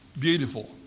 Beautiful